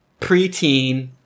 preteen